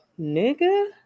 nigga